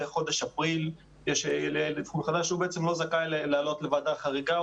חודש אפריל הוא לא זכאי לעלות לוועדה חריגה,